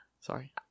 Sorry